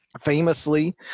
famously